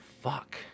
Fuck